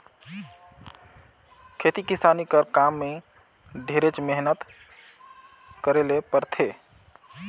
खेती किसानी कर काम में ढेरेच मेहनत करे ले परथे